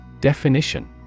Definition